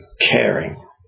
caring